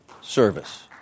service